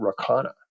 Rakana